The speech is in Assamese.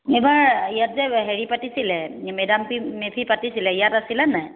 এইবাৰ ইয়াত যে হেৰি পাতিছিলে মে ডাম মে ফি পাতিছিলে ইয়াত আছিলে নে নাই